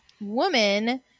woman